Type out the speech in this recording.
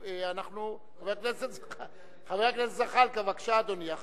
חבר הכנסת זחאלקה, בבקשה, אדוני.